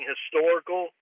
historical